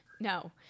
no